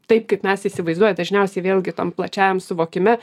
taip kaip mes įsivaizduojam dažniausiai vėlgi tam plačiajam suvokime